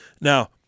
Now